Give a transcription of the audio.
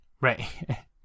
Right